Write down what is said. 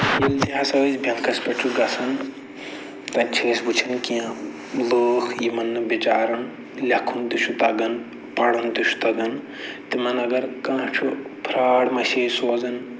ییٚلہِ ہسا أسۍ بیٚنکَس پٮ۪ٹھ چھِ گژھان تَتہِ چھِ أسۍ وٕچھان کیٚنہہ لوٗکھ یِمَن نہٕ بِچارَن لیٚکھُن تہِ چھِ تَگان پَرُن تہِ چھِ تَگان تِمَن اَگر کانٛہہ چھُ فرٛاڈ مَسیج سوزان